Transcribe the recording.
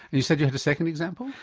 you said you had a second example?